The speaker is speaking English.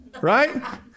right